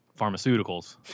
pharmaceuticals